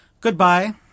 Goodbye